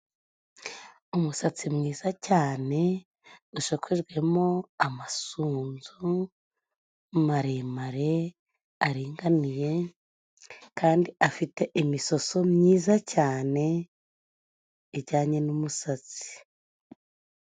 Umusatsi mwiza cyane ushokojwemo amasunzu maremare aringaniye, kandi afite imisoso myiza cyane ijyanye n'umusatsi.